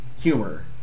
humor